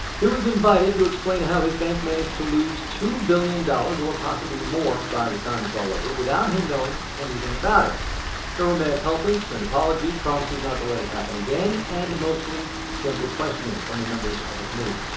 he was invited to explain how his bank managed to lose two billion dollars or possibly more by the time it's all over without him knowing anything about it there were mea culpas and apologies, promises not to let it happen again and mostly gentle questioning from the members of the committee.